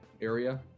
area